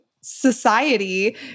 society